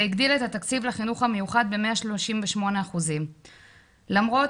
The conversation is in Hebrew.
זה הגדיל את התקציב לחינוך המיוחד ב 138%. למרות